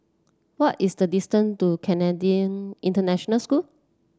what is the distance to Canadian International School